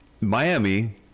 Miami